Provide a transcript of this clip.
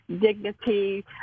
dignity